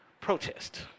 protest